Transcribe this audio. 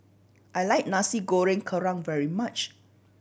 I like Nasi Goreng Kerang very much